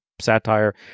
satire